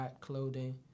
Clothing